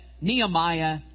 Nehemiah